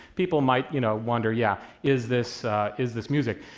people might, you know, wonder, yeah, is this is this music?